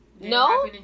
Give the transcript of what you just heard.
No